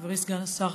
חברי סגן השר,